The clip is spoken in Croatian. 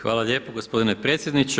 Hvala lijepo gospodine predsjedniče.